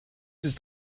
ist